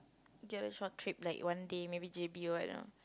get a short trip like one day maybe j_b or what know